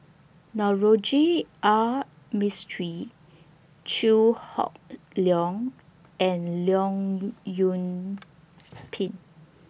Navroji R Mistri Chew Hock Leong and Leong Yoon Pin